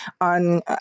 on